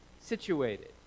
situated